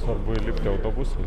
svarbu įlipt į autobusą